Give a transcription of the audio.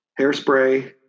Hairspray